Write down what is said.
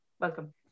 welcome